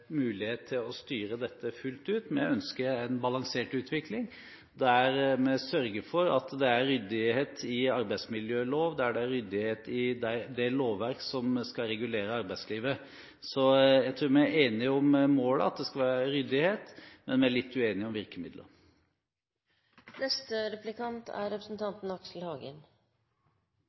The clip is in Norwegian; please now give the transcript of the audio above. mulighet til å styre dette fullt ut. Vi ønsker en balansert utvikling, der vi sørger for at det er ryddighet i arbeidsmiljøloven og i det lovverket som skal regulere arbeidslivet. Jeg tror vi er enige om målet; det skal være ryddighet, men vi er litt uenige om